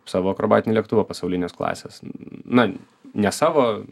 savo akrobatinį lėktuvą pasaulinės klasės na ne savo